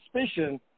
suspicion